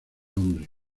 nombre